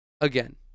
again